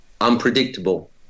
unpredictable